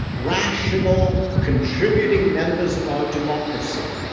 rational, contributing members of our democracy.